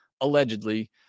allegedly